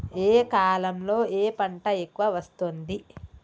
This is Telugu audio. ఏ కాలంలో ఏ పంట ఎక్కువ వస్తోంది?